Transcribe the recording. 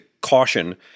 caution